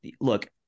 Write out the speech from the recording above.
look